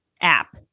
app